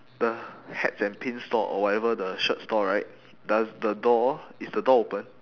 the hats and pins store or whatever the shirt store right does the door is the door open